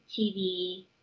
TV